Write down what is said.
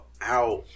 Out